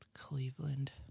Cleveland